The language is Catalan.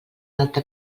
alta